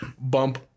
bump